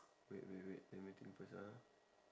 wait wait wait let me think first ah